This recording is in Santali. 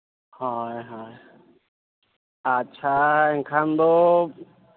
ᱦᱳᱭ ᱦᱳᱭ ᱟᱪᱪᱷᱟ ᱮᱱᱠᱷᱟᱱᱫᱚ